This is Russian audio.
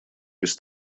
без